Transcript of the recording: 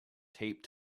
taped